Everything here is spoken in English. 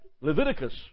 Leviticus